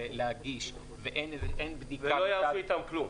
להגיש ואין בדיקה --- ולא יעשו איתם כלום.